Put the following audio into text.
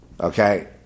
Okay